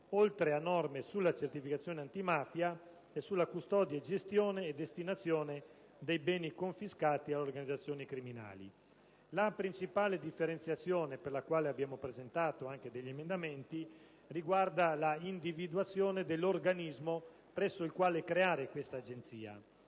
oltre a norme sulla certificazione antimafia e sulla custodia, la gestione e la destinazione dei beni confiscati alle organizzazioni criminali. La principale differenziazione - per la quale abbiamo presentato anche degli emendamenti - riguarda l'individuazione dell'organismo presso il quale creare questa Agenzia: